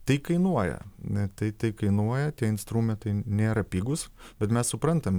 tai kainuoja ne tai tai kainuoja tie instrumentai nėra pigūs bet mes suprantam